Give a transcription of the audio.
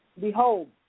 behold